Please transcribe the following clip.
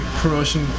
promotion